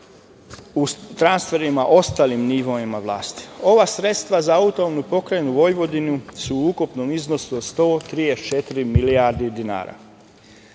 u transferima ostalim nivoima vlasti. Ova sredstva za AP Vojvodinu su u ukupnom iznosu od 134 milijardi dinara.